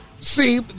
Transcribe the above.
See